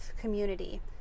community